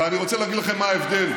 ואני רוצה להגיד לכם מה ההבדל,